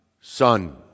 Son